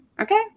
Okay